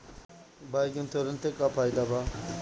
Bike insurance से का फायदा बा?